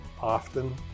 often